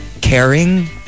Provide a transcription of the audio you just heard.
caring